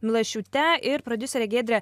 milašiūte ir prodiusere giedre